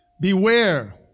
Beware